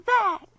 back